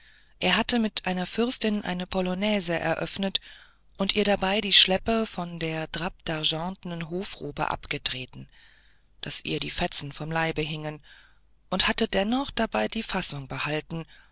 er hatte mit einer fürstin eine polonäse eröffnet und ihr dabei die schleppe von der drap d'argent'nen hofrobe abgetreten daß ihr die fetzen vom leibe hingen und hatte dennoch dabei die fassung behalten